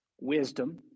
Wisdom